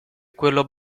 quello